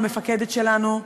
המפקדת שלנו,